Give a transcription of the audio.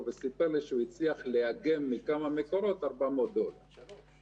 מבצע "שומר החומות" שני העקרונות המנחים שלנו במבצע